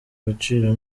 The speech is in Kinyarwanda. agaciro